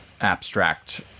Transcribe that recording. abstract